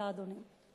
תודה, אדוני.